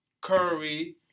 Curry